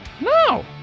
No